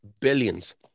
billions